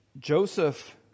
Joseph